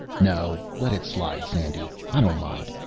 no, let it slide, sandy, i don't mind.